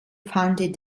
founded